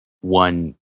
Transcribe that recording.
one